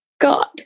God